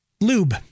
lube